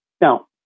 now